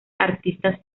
artistas